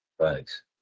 Thanks